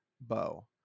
bow